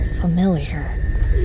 familiar